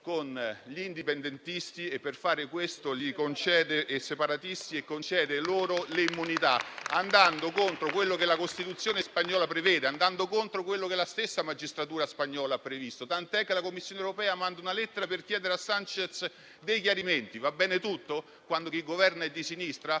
con gli indipendentisti e i separatisti e per farlo concede loro le immunità, andando contro quello che la Costituzione spagnola prevede e contro quello che la stessa magistratura spagnola ha previsto, tant'è che la Commissione europea ha inviato una lettera per chiedere a Sanchez dei chiarimenti. Va bene tutto quando chi governa è di sinistra?